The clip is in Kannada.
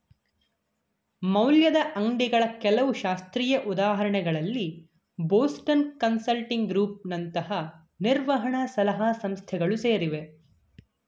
ಮೌಲ್ಯದ ಅಂಗ್ಡಿಗಳ ಕೆಲವು ಶಾಸ್ತ್ರೀಯ ಉದಾಹರಣೆಗಳಲ್ಲಿ ಬೋಸ್ಟನ್ ಕನ್ಸಲ್ಟಿಂಗ್ ಗ್ರೂಪ್ ನಂತಹ ನಿರ್ವಹಣ ಸಲಹಾ ಸಂಸ್ಥೆಗಳು ಸೇರಿವೆ